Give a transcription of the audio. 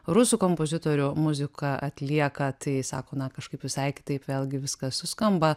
rusų kompozitorių muziką atlieka tai sako na kažkaip visai kitaip vėlgi viskas suskamba